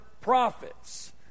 Prophets